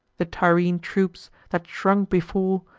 the tyrrhene troops, that shrunk before,